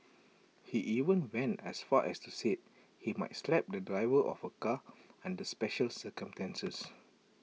he even went as far as to say he might slap the driver of A car under special circumstances